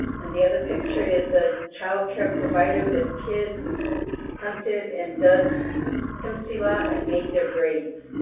and the other picture is a child care provider with kids hunted and dug timpsila and made their braids.